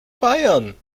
feiern